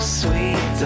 sweet